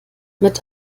mit